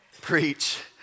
preach